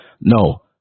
No